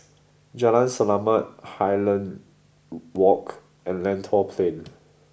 Jalan Selamat Highland Walk and Lentor Plain